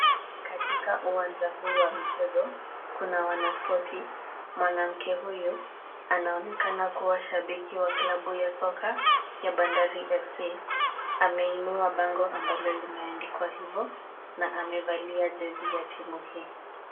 Katika uwanja huu wa michezo, kuna wanaspoti, mwanamke huyu anaonekana kuwa shabiki wa kilabu ya soka ya Bandari FC, ameinua bango ambalo limeandikwa hivyo na amevalia jezi ya timu hii.